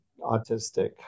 autistic